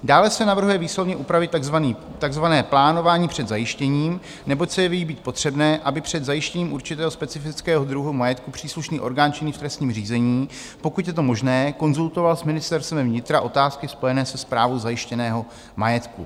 Dále se navrhuje výslovně upravit takzvané plánování před zajištěním, neboť se jeví být potřebné, aby před zajištěním určitého specifického druhu majetku příslušný orgán činný v trestním řízení, pokud je to možné, konzultoval s Ministerstvem vnitra otázky spojené se správou zajištěného majetku.